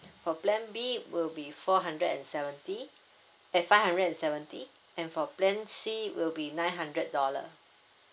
for plan B will be four hundred and seventy eh five hundred and seventy and for plan C will be nine hundred dollar